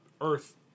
earth